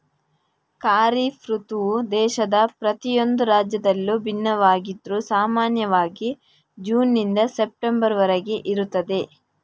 ಖಾರಿಫ್ ಋತುವು ದೇಶದ ಪ್ರತಿಯೊಂದು ರಾಜ್ಯದಲ್ಲೂ ಭಿನ್ನವಾಗಿದ್ರೂ ಸಾಮಾನ್ಯವಾಗಿ ಜೂನ್ ನಿಂದ ಸೆಪ್ಟೆಂಬರ್ ವರೆಗೆ ಇರುತ್ತದೆ